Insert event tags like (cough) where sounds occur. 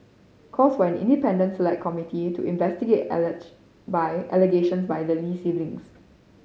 calls for an independent Select Committee to investigate (unintelligible) by allegations by the Lee siblings